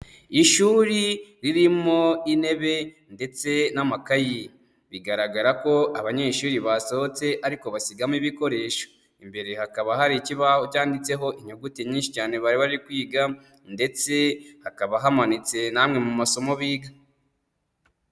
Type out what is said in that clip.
Ishuri ririmo intebe ndetse n'amakayi, bigaragara ko abanyeshuri basohotse ariko basigamo ibikoresho, imbere hakaba hari ikibaho cyanditseho inyuguti nyinshi cyane bari bari kwiga, ndetse hakaba hamanitse n'amwe mu masomo biga.